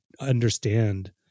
understand